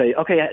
okay